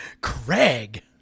Craig